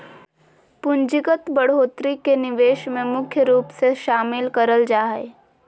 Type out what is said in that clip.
पूंजीगत बढ़ोत्तरी के निवेश मे मुख्य रूप से शामिल करल जा हय